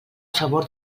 favor